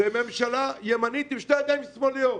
זו ממשלה ימנית עם שתי ידיים שמאליות.